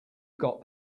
got